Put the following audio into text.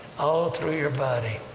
all through your body,